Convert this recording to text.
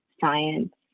science